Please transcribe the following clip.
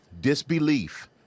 disbelief